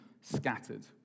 scattered